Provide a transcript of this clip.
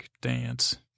dance